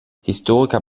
historiker